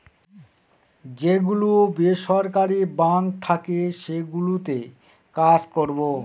যে গুলো বেসরকারি বাঙ্ক থাকে সেগুলোতে কাজ করবো